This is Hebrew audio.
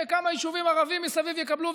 כמה יישובים ערביים מסביב יקבלו,